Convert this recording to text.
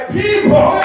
people